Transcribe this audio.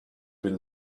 been